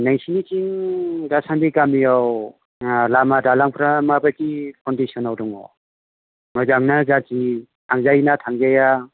नोंसोरनिथिं दासान्दि गामियाव लामा दालांफ्रा माबायदि कन्डिसनाव दङ मोजां ना गाज्रि थांजायो ना थांजाया